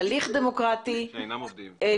הליך דמוקרטי, ושהם אינם עובדים.